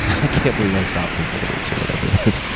i can't believe i stopped for four weeks or whatever it is.